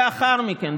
לאחר מכן,